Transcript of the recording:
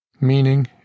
meaning